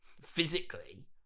physically